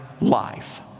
life